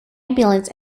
ambulance